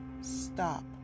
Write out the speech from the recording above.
stop